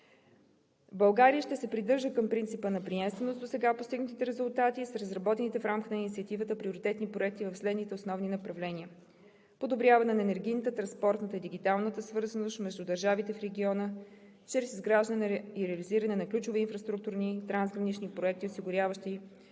България ще се придържа към принципа на приемственост на досега постигнатите резултати с разработените в рамките на инициативата приоритетни проекти в следните основни направления: подобряване на енергийната, транспортната, дигиталната свързаност между държавите в региона чрез изграждане и реализиране на ключови инфраструктурни и трансгранични проекти, осигуряващи